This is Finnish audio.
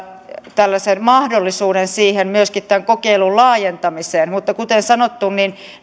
mahdollisuuden myöskin tämän kokeilun laajentamiseen mutta kuten sanottu